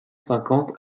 cinquante